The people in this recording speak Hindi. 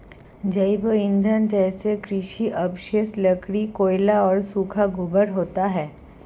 जैव ईंधन जैसे कृषि अवशेष, लकड़ी, कोयला और सूखा गोबर होता है